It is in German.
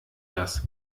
das